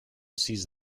sees